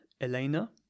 Elena